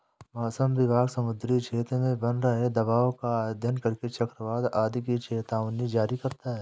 मौसम विभाग समुद्री क्षेत्र में बन रहे दबाव का अध्ययन करके चक्रवात आदि की चेतावनी जारी करता है